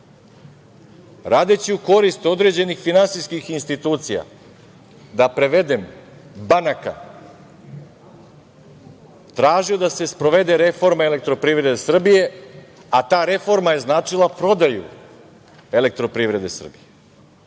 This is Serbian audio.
radeći u korist određenih finansijskih institucija, da prevedem – banaka, tražio da se sprovede reforma Elektroprivrede Srbije, a ta reforma je značila prodaju Elektroprivrede Srbije,